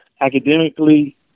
Academically